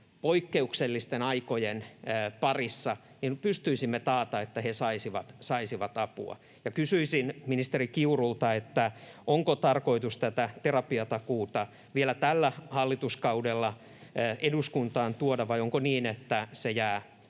poikkeuksellisten aikojen parissa, että he saisivat apua. Ja kysyisin ministeri Kiurulta: onko tarkoitus tätä terapiatakuuta vielä tällä hallituskaudella eduskuntaan tuoda, vai onko niin, että se jää